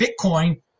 Bitcoin